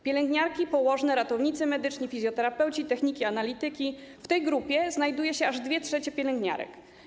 Pielęgniarki, położne, ratownicy medyczni, fizjoterapeuci, technicy analitycy - w tej grupie znajduje się aż 2/3 pielęgniarek.